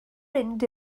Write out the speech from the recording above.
mynd